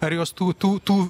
ar jos tų tų tų